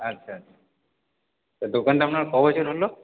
আচ্ছা আচ্ছা তা দোকানটা আপনার ক বছর হল